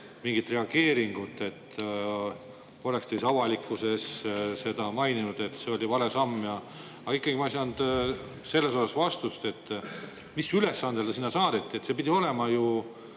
mingit reageeringut. Oleks ta siis avalikkuses seda maininud, et see oli vale samm. Aga ikkagi ma ei saanud selles osas vastust, et mis ülesandega ta sinna saadeti. See pidi olema ju